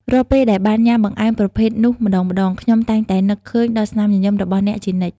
រាល់ពេលដែលបានញ៉ាំបង្អែមប្រភេទនោះម្ដងៗ ខ្ញុំតែងតែនឹកឃើញដល់ស្នាមញញឹមរបស់អ្នកជានិច្ច។